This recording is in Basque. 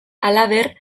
halaber